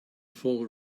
full